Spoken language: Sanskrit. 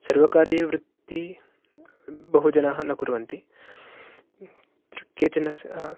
सर्वकारीय वृत्ति बहुजनाः न कुर्वन्ति केचन